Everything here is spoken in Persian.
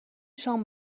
شام